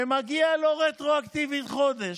ומגיע לו רטרואקטיבית חודש,